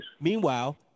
Meanwhile